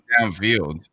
downfield